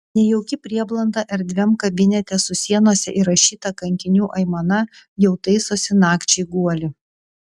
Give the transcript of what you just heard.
nejauki prieblanda erdviam kabinete su sienose įrašyta kankinių aimana jau taisosi nakčiai guolį